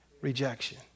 Rejection